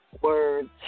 words